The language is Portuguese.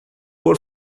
por